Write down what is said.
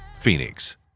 Phoenix